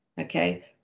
Okay